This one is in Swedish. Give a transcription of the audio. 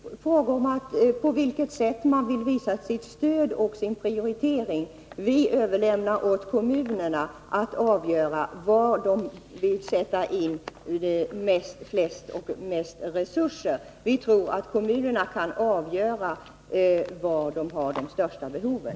Herr talman! Det är också fråga om på vilket sätt man vill ge sitt stöd och göra sina prioriteringar. Vi överlämnar åt kommunerna att avgöra var de vill sätta in flest och mest resurser. Vi tror att kommunerna kan avgöra var de har de största behoven.